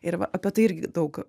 ir va apie tai irgi daug